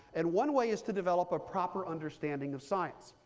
and one way is to develop a proper understanding of science.